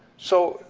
so,